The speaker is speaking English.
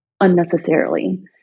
unnecessarily